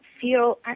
feel –